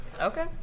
Okay